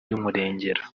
y’umurengera